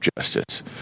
Justice